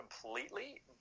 completely